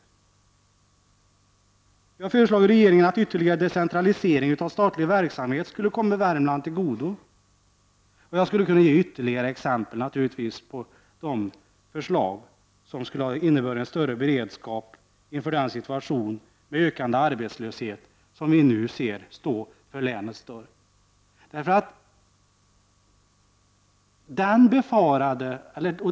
Vi har föreslagit regeringen att ytterligare decentralisering av statlig verksamhet skulle komma Värmland till godo. Jag skulle naturligtvis kunna ge ytterligare exempel på de förslag som skulle ha inneburit en större beredskap inför den situation med ökande arbetslöshet som vi nu ser stå för länets dörr.